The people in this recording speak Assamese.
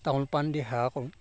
তামোল পাণ দি সেৱা কৰো